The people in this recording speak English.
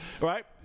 right